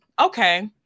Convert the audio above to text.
okay